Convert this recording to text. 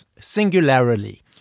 singularly